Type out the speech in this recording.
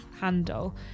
handle